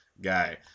guy